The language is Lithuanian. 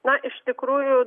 na iš tikrųjų